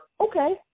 Okay